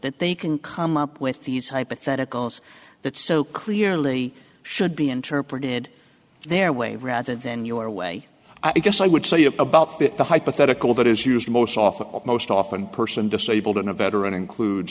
that they can come up with these hypotheticals that so clearly should be interpreted their way rather than your way i guess i would say about the hypothetical that is used most often most often person disabled in a veteran includes